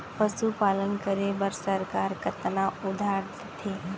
पशुपालन करे बर सरकार कतना उधार देथे?